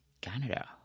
Canada